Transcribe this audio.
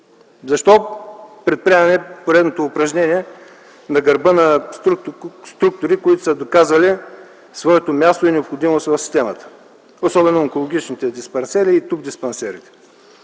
Защо предприемаме поредното упражнение на гърба на структури, доказали своето място и необходимост в системата, особено онкологичните и тубдиспансерите.